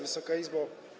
Wysoka Izbo!